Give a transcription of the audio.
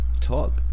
Talk